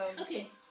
Okay